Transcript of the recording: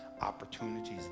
opportunities